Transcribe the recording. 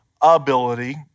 ability